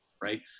right